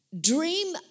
dream